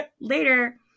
later